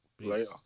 Later